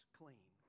clean